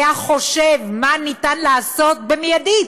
והיה חושב מה אפשר לעשות, במיידית,